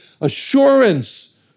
assurance